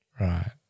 Right